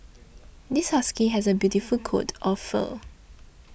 this husky has a beautiful coat of fur